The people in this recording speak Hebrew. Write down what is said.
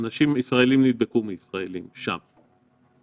אנשים ישראלים נדבקו מישראלים שם,